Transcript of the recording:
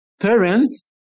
parents